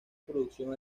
producción